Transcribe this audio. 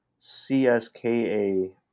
CSKA